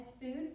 food